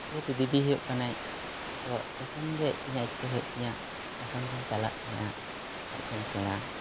ᱡᱮᱦᱮᱛᱩ ᱫᱤᱫᱤ ᱦᱩᱭᱩᱜ ᱠᱟᱱᱟᱭ ᱛᱳ ᱡᱚᱠᱷᱚᱱᱜᱮ ᱤᱧᱟᱹᱜ ᱤᱪᱪᱷᱟᱹ ᱦᱩᱭᱩᱜ ᱛᱤᱧᱟᱹ ᱛᱚᱠᱷᱚᱱᱜᱤᱧ ᱪᱟᱞᱟᱜ ᱛᱟᱦᱮᱸᱫᱼᱟ ᱟᱡ ᱴᱷᱮᱱ ᱥᱮᱬᱟ